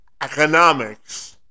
economics